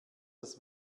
das